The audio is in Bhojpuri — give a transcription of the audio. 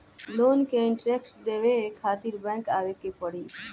लोन के इन्टरेस्ट देवे खातिर बैंक आवे के पड़ी?